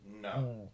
no